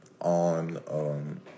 on